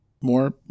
More